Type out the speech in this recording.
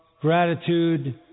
gratitude